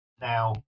now